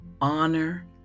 honor